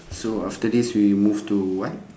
so after this we move to what